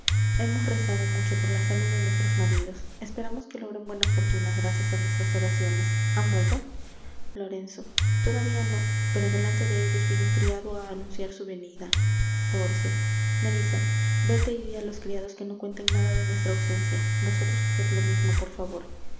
hemos rezado mucho por la salud de nuestros maridos esperamos que logren buena fortuna gracias á nuestras oraciones han vuelto lorenzo todavía no pero delante de ellos vino un criado á anunciar su venida pórcia nerissa véte y dí á los criados que no cuenten nada de nuestra ausencia vosotros haced lo mismo por favor